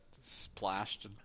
splashed